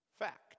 fact